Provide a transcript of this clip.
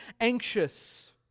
anxious